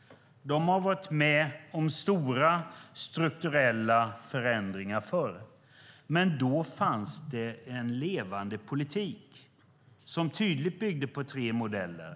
De har varit med om stora strukturella förändringar förr. Men då fanns det en levande politik som tydligt byggde på tre modeller.